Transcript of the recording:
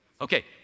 Okay